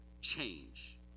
Change